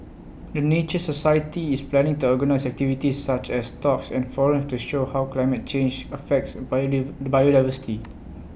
the nature society is planning to organise activities such as talks and forums to show how climate change affects biodiversity